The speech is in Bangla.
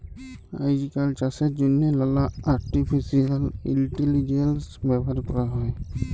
আইজকাল চাষের জ্যনহে লালা আর্টিফিসিয়াল ইলটেলিজেলস ব্যাভার ক্যরা হ্যয়